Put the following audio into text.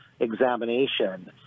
examination